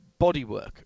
bodywork